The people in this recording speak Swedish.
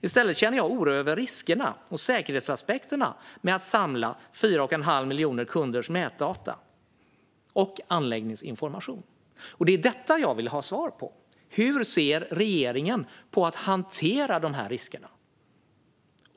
I stället känner jag oro över riskerna och säkerhetsaspekterna med att samla 4 1⁄2 miljon kunders nätdata och anläggningsinformation. Det är detta som jag vill ha svar på: Hur ser regeringen på att hantera de här riskerna?